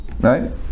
Right